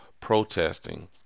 protesting